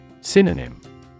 Synonym